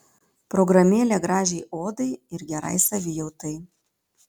programėlė gražiai odai ir gerai savijautai